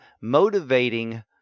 motivating